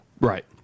right